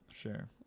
sure